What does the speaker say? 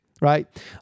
right